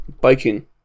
biking